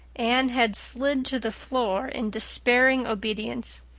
anne had slid to the floor in despairing obedience.